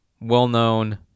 well-known